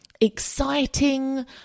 exciting